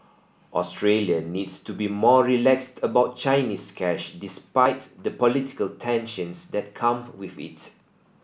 Australia needs to be more relaxed about Chinese cash despite the political tensions that come with it